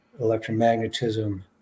electromagnetism